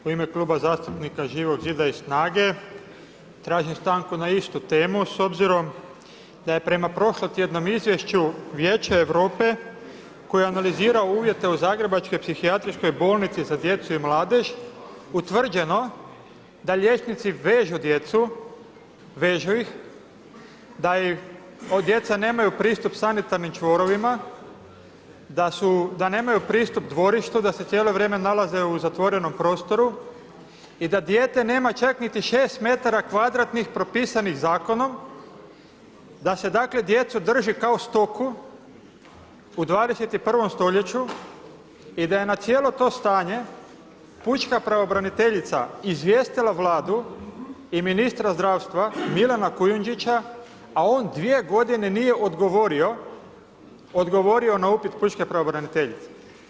U ime Kluba zastupnika Živog zida i SNAGA-e, tražim stanku na istu temu s obzirom da je prema prošlotjednom izvješću Vijeće Europe koje analizira uvjete u zagrebačkoj psihijatrijskoj bolnici za djecu i mladež, utvrđeno da liječnici vežu djecu, vežu ih, da djeca nemaju pristup sanitarnim čvorovima, da nemaju pristup dvorištu, da se cijelo vrijeme nalaze u zatvorenom prostoru i da dijete nema čak niti 6 m2 propisanih zakonom da se dakle djecu drži kao stoku u 21. stoljeću i da je na cijelo to stanje pučka pravobraniteljica izvijestila Vladu i ministra zdravstva Milana Kujundžića a on 2 g. nije odgovorio na upit pučke pravobraniteljice.